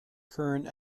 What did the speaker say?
current